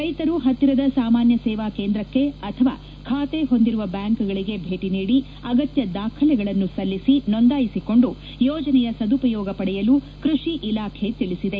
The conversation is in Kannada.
ರೈತರು ಪತ್ತಿರದ ಸಾಮಾನ್ಯ ಸೇವಾ ಕೇಂದ್ರಕ್ಕೆ ಅಥವಾ ಖಾತೆ ಹೊಂದಿರುವ ಬ್ಯಾಂಕ್ಗಳಿಗೆ ಭೇಟಿ ನೀಡಿ ಅಗತ್ಯ ದಾಖಲಾತಿಗಳನ್ನು ಸಲ್ಲಿಸಿ ನೋಂದಾಯಿಸಿಕೊಂಡು ಯೋಜನೆಯ ಸದುಪಯೋಗ ಪಡೆಯಲು ಕೃಷಿ ಇಲಾಖೆ ತಿಳಿಸಿದೆ